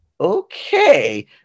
okay